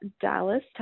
Dallas